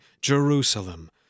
Jerusalem